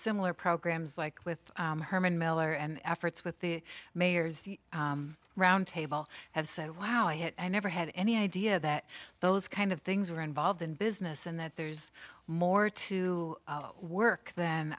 similar programs like with herman miller and efforts with the mayors roundtable have said wow it i never had any idea that those kind of things were involved in business and that there's more to work th